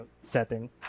setting